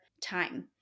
time